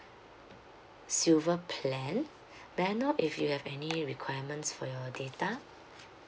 silver plan may I know if you have any requirements for your data